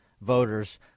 voters